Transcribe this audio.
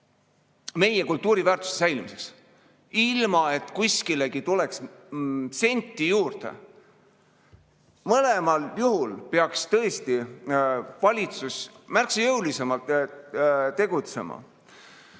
meie kultuuriväärtuste säilimiseks, ilma et kuskile tuleks sentigi juurde. Mõlemal juhul peaks tõesti valitsus märksa jõulisemalt tegutsema.